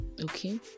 Okay